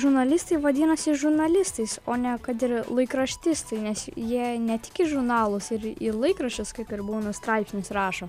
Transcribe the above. žurnalistai vadinasi žurnalistais o ne kad ir laikraštistai nes jie ne tik į žurnalus ir į laikraščius kaip ir būna straipsnius rašo